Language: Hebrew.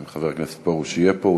אם חבר הכנסת פרוש יהיה פה,